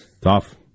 Tough